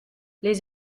les